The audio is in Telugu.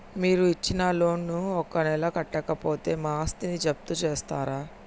మీరు ఇచ్చిన లోన్ ను ఒక నెల కట్టకపోతే మా ఆస్తిని జప్తు చేస్తరా?